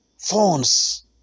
Phones